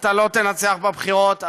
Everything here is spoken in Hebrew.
אתה לא תנצח בבחירות,